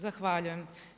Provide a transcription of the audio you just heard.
Zahvaljujem.